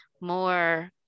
more